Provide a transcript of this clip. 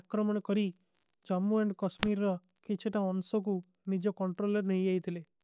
ଅକ୍ରମନ କରୀ ଜମ୍ମୁ ଔର କସ୍ମୀର। କେ ଚେଟା ଉନସୋ କୋ ମେଜୌରିଟୀ କୌଂଟ୍ରୋଲର ନହୀଂ ହୈ ଥିଲେ।